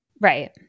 Right